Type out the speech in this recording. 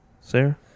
Sarah